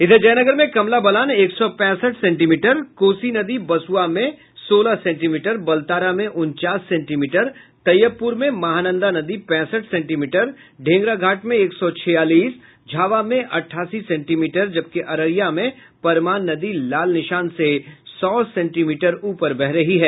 इधर जयनगर में कमला बलान एक सौ पैंसठ सेंटीमीटर कोसी नदी बसुआ में सोलह सेंटीमीटर बलतारा में उनचास सेंटीमीटर तैयबपूर में महानंदा नदी पैंसठ सेंटीमीटर ढेंगराघाट में एक सौ छियालीस झावा में अट्ठासी सेंटीमीटर जबकि अररिया में परमान नदी लाल निशान से सौ सेंटीमीटर ऊपर बह रही है